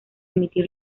emitir